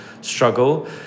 struggle